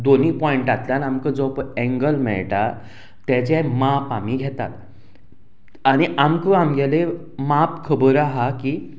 दोनी पॉयंटांतल्यान आमकां जो पय एंगल मेळटा तेजें माप आमी घेतात आनी आमकां आमगेलें माप खबर आहा की